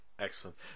Excellent